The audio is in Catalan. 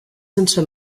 sense